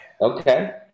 Okay